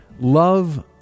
love